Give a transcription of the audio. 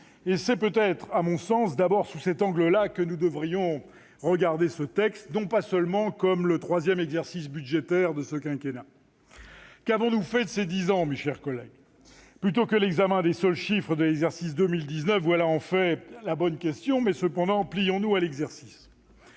C'est peut-être à mon sens d'abord sous cet angle-là que nous devrions d'abord regarder ce texte, et non pas seulement comme le troisième exercice budgétaire de ce quinquennat. Qu'avons-nous fait de ces dix ans, mes chers collègues ? Plutôt que l'examen des seuls chiffres de l'exercice 2019, voilà en fait la bonne question. Très bien ! Cependant, plions-nous à l'exercice.